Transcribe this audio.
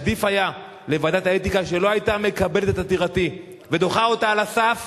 עדיף היה לוועדת האתיקה שלא היתה מקבלת את עתירתי ודוחה אותה על הסף,